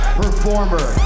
performer